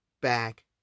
back